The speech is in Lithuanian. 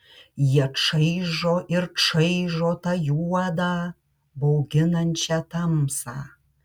jie čaižo ir čaižo tą juodą bauginančią tamsą